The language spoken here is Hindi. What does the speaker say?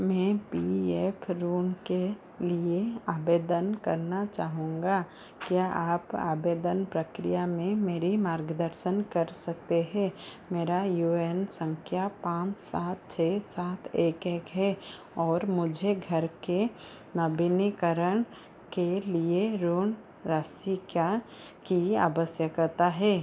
मैं पी एफ रुन के लिए आवेदन करना चाहूँगा क्या आप आवेदन प्रक्रिया में मेरा मार्गदर्शन कर सकते हैं मेरा यू एन संख्या पाँच सात छः सात एक एक है और मुझे घर के नवीनीकरण के लिए ऋण राशि क्या की आवश्यकता